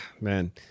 man